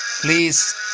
Please